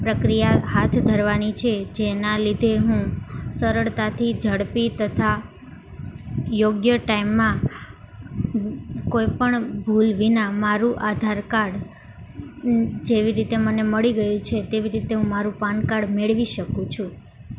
પ્રક્રિયા હાથ ધરવાની છે જેના લીધે હું સરળતાથી ઝડપી તથા યોગ્ય ટાઈમમાં કોઈપણ ભૂલ વિના મારું આધારકાર્ડ જેવી રીતે મને મળી ગયું છે તેવી રીતે હું મારું પાનકાર્ડ મેળવી શકું છું